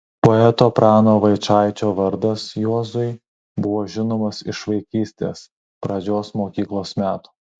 poeto prano vaičaičio vardas juozui buvo žinomas iš vaikystės pradžios mokyklos metų